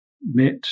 met